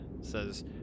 says